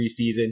preseason